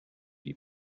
die